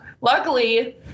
luckily